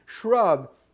shrub